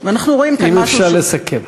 אם אפשר לסכם.